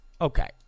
Okay